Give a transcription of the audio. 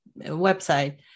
website